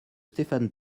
stéphane